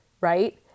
right